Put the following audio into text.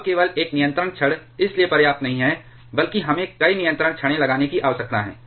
अब केवल एक नियंत्रण छड़ इसलिए पर्याप्त नहीं है बल्कि हमें कई नियंत्रण छड़ें लगाने की आवश्यकता है